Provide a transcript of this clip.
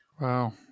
Wow